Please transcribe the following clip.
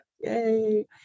Yay